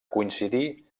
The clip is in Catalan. coincidir